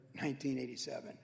1987